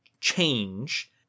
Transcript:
change